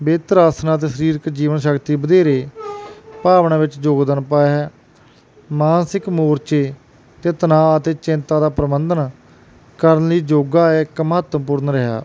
ਬਿਹਤਰ ਆਸਣਾਂ ਅਤੇ ਸਰੀਰਕ ਜੀਵਨ ਸ਼ਕਤੀ ਵਧੇਰੇ ਭਾਵਨਾ ਵਿੱਚ ਯੋਗਦਾਨ ਪਾਇਆ ਮਾਨਸਿਕ ਮੋਰਚੇ ਅਤੇ ਤਣਾਅ ਅਤੇ ਚਿੰਤਾ ਦਾ ਪ੍ਰਬੰਧਨ ਕਰਨ ਲਈ ਯੋਗਾ ਇੱਕ ਮਹੱਤਵਪੂਰਨ ਰਿਹਾ